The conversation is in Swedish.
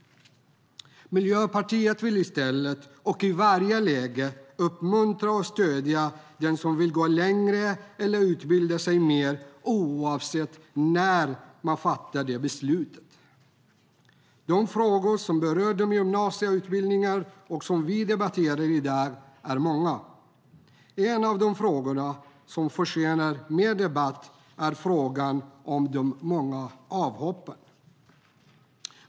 Miljöpartiet vill i stället och i varje läge uppmuntra och stödja den som vill gå längre eller utbilda sig mer, oavsett när man fattar det beslutet. De frågor som berör den gymnasiala utbildningen och som vi debatterar i dag är många. En av de frågor som förtjänar mer debatt är frågan om de många avhoppen.